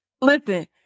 listen